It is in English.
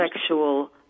sexual